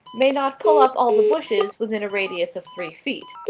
may not pull up all the bushes within a radius of three feet.